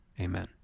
Amen